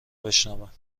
بشنوم